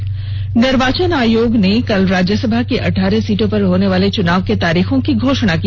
राज्यसभा चुनाव निर्वाचन आयोग ने कल राज्यसभा की अठारह सीटों पर होने वाले चुनाव के तारीखों की घोषणा की